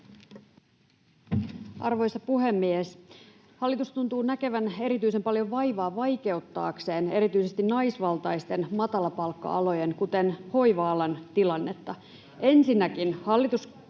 Arvoisa puhemies! Hallitus tuntuu näkevän erityisen paljon vaivaa vaikeuttaakseen erityisesti naisvaltaisten matalapalkka-alojen, kuten hoiva-alan, tilannetta.